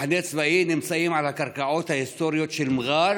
ומחנה צבאי נמצאים על הקרקעות ההיסטוריות של מר'אר